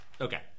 Okay